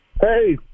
Hey